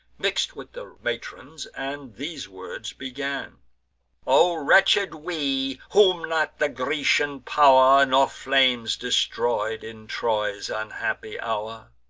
mix'd with the matrons, and these words began o wretched we, whom not the grecian pow'r, nor flames, destroy'd, in troy's unhappy hour!